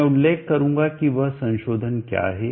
मैं उल्लेख करूंगा कि वह संशोधन क्या है